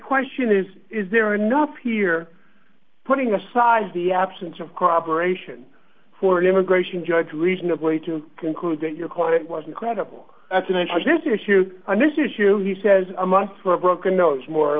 question is is there enough here putting aside the absence of corroboration for an immigration judge reasonably to conclude that your client was incredible that's an interesting issue on this issue he says a month for a broken nose more or